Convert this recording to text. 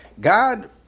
God